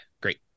great